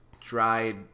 dried